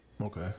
Okay